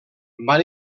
van